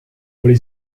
oli